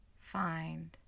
find